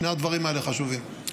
שני הדברים האלה חשובים.